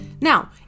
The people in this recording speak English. Now